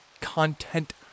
content